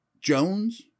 Jones